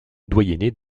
doyenné